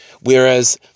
Whereas